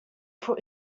put